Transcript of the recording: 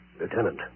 Lieutenant